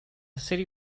city